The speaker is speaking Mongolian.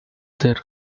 дээр